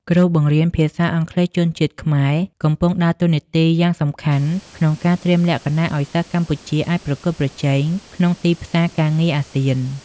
គ្រូបង្រៀនភាសាអង់គ្លេសជនជាតិខ្មែរកំពុងដើរតួនាទីយ៉ាងសំខាន់ក្នុងការត្រៀមលក្ខណៈឱ្យសិស្សកម្ពុជាអាចប្រកួតប្រជែងក្នុងទីផ្សារការងារអាស៊ាន។